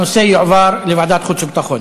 הנושא יועבר לוועדת החוץ והביטחון.